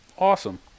awesome